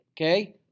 Okay